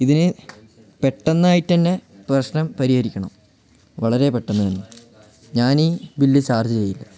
ഇതിന് പെട്ടെന്ന് ആയിട്ട് തന്നെ പ്രശ്നം പരിഹരിക്കണം വളരെ പെട്ടെന്ന് തന്നെ ഞാൻ ഈ ബില്ല് ചാർജ് ചെയ്യില്ല